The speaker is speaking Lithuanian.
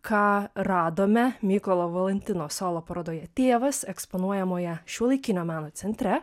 ką radome mykolo valantino solo parodoje tėvas eksponuojamoje šiuolaikinio meno centre